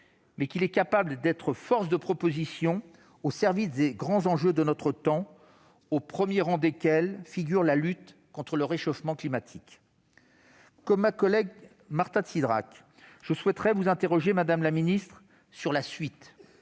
mais qu'il est capable d'être force de propositions au service des grands enjeux de notre temps, au premier rang desquels figure la lutte contre le réchauffement climatique. Comme ma collègue Marta de Cidrac, je souhaite, madame la ministre, vous interroger sur la suite.